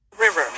River